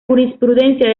jurisprudencia